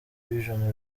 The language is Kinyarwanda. vision